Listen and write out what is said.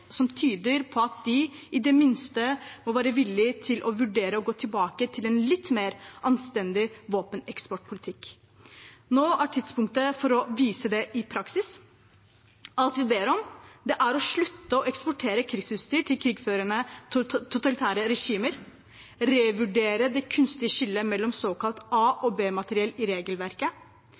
som tyder på at de i det minste må være villige til å vurdere å gå tilbake til en litt mer anstendig våpeneksportpolitikk. Nå er tidspunktet for å vise det i praksis. Alt vi ber om, er å slutte å eksportere krigsutstyr til krigførende totalitære regimer, revurdere det kunstige skillet mellom såkalt A- og B-materiell i regelverket,